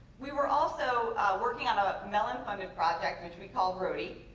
we were also working on a mellon-funded project, which we called rhody,